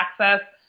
access